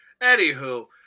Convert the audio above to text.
Anywho